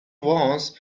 once